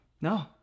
No